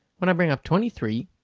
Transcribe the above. when i bring up twenty three,